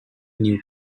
new